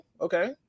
Okay